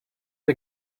die